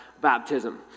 baptism